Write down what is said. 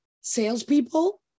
salespeople